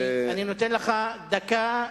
אני נותן לך דקה,